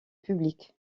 public